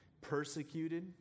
Persecuted